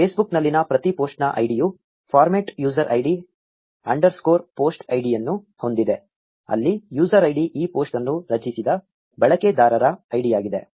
ಫೇಸ್ಬುಕ್ನಲ್ಲಿನ ಪ್ರತಿ ಪೋಸ್ಟ್ನ ಐಡಿಯು format user ID underscore post ಐಡಿಯನ್ನು ಹೊಂದಿದೆ ಅಲ್ಲಿ ಯೂಸರ್ ಐಡಿ ಈ ಪೋಸ್ಟ್ ಅನ್ನು ರಚಿಸಿದ ಬಳಕೆದಾರರ ಐಡಿಯಾಗಿದೆ